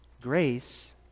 Grace